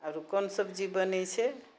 आओर कोन सब्जी बनै छै